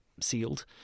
sealed